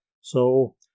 So